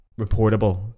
reportable